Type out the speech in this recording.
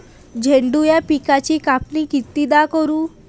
झेंडू या पिकाची कापनी कितीदा करू?